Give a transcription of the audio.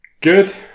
Good